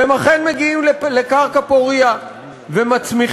והם אכן מגיעים לקרקע פורייה ומצמיחים